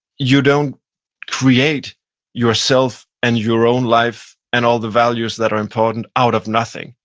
you don't create yourself and your own life, and all the values that are important out of nothing.